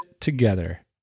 Together